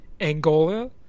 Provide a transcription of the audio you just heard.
Angola